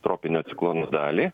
tropinio ciklono dalį